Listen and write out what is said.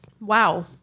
Wow